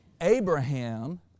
Abraham